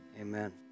Amen